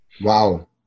Wow